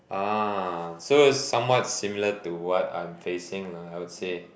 ahh so it's somewhat similar to what I'm facing lah I'd say